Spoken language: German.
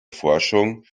forschung